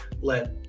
let